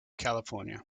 california